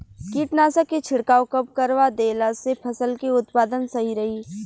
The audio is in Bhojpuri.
कीटनाशक के छिड़काव कब करवा देला से फसल के उत्पादन सही रही?